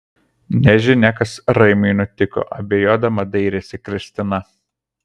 nežinia kas raimiui nutiko abejodama dairėsi kristina